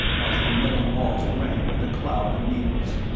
as the metal walls rang with the cloud of needles.